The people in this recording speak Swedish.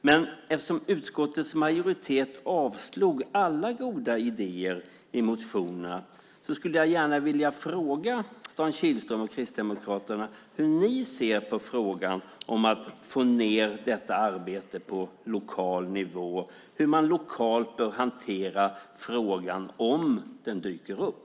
Men eftersom utskottets majoritet avstyrker alla goda idéer i motionerna skulle jag gärna vilja fråga Dan Kihlström och Kristdemokraterna hur ni ser på frågan om att få ned detta arbete på lokal nivå - hur man lokalt bör hantera frågan om den dyker upp.